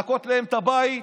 לנקות להם את הבית,